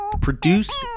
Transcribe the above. Produced